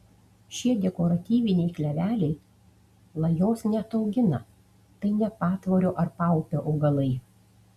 šie dekoratyviniai kleveliai lajos neataugina tai ne patvorio ar paupio augalai